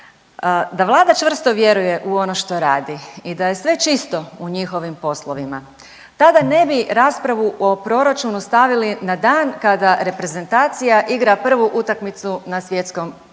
da Vlada čvrsto vjeruje u ono što radi i da je sve čisto u njihovim poslovima tada ne bi raspravu o proračunu stavili na dan kada reprezentacija igra prvu utakmicu na Svjetskom